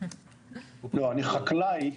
לא, אני חקלאי,